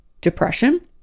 depression